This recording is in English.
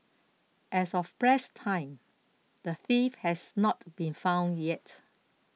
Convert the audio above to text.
as of press time the thief has not been found yet